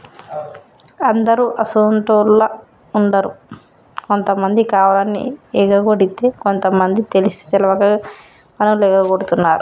అందరు అసోంటోళ్ళు ఉండరు కొంతమంది కావాలని ఎగకొడితే కొంత మంది తెలిసి తెలవక పన్నులు ఎగగొడుతున్నారు